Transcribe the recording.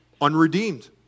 unredeemed